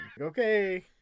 Okay